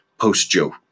post-Joe